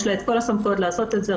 את כל הסמכויות לעשות את זה.